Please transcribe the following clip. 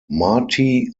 marty